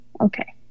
Okay